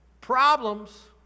Problems